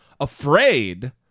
afraid